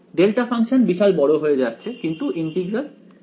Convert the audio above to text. delta function বিশাল বড় হয়ে যাচ্ছে কিন্তু ইন্টিগ্রাল সসীম